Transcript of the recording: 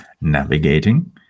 navigating